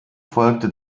folgte